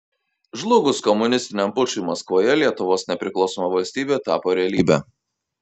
žlugus komunistiniam pučui maskvoje lietuvos nepriklausoma valstybė tapo realybe